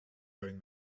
during